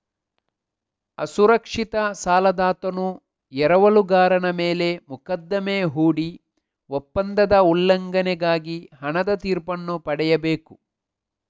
ಅಸುರಕ್ಷಿತ ಸಾಲದಾತನು ಎರವಲುಗಾರನ ಮೇಲೆ ಮೊಕದ್ದಮೆ ಹೂಡಿ ಒಪ್ಪಂದದ ಉಲ್ಲಂಘನೆಗಾಗಿ ಹಣದ ತೀರ್ಪನ್ನು ಪಡೆಯಬೇಕು